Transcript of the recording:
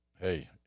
hey